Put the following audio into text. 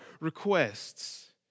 requests